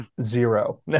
zero